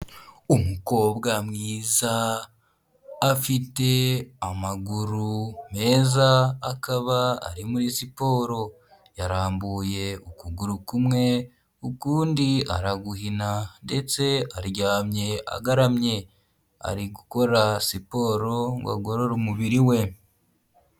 Umukobwa mwiza afite amaguru meza akaba ari muri siporo, yarambuye ukuguru kumwe ubundi araguhina ndetse aryamye agaramye, ari gukora siporo ngo agorore umubiri we.